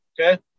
okay